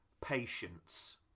patience